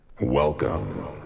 Welcome